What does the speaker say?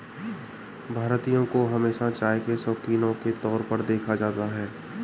भारतीयों को हमेशा चाय के शौकिनों के तौर पर देखा जाता है